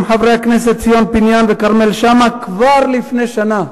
חברי הכנסת ציון פיניאן וכרמל שאמה כבר לפני שנה.